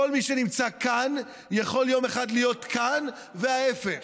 כל מי שנמצא כאן יכול יום אחד להיות כאן, וההפך.